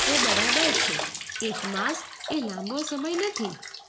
એ બરાબર છે એક માસ એ લાંબો સમય નથી